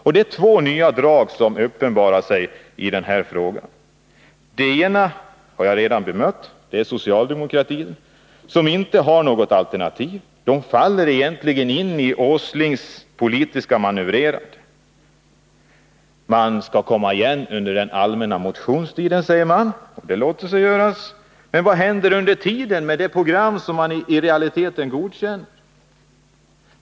Det är två nya drag som uppenbarar sig i den här frågan. Det ena har jag redan bemött: att socialdemokratin inte har något alternativ. Socialdemokraterna faller egentligen in i Nils Åslings politiska manövrerande. Man skall komma igen under den allmänna motionstiden, säger man. Det låter sig göras. Men vad händer under tiden med det program som man i realiteten godkänner?